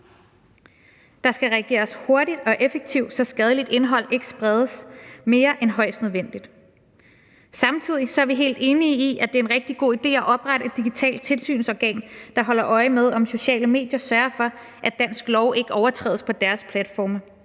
Der skal reageres hurtigt og effektivt, så skadeligt indhold ikke spredes mere end højst nødvendigt. Samtidig er vi helt enige i, at det er en rigtig god idé at oprette et digitalt tilsynsorgan, der holder øje med, om sociale medier sørger for, at dansk lov ikke overtrædes på deres platforme.